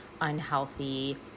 unhealthy